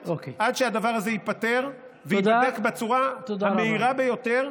עד שהדבר הזה ייפתר וייבדק בצורה המהירה ביותר.